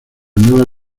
nueva